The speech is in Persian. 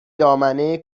دامنه